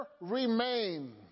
remain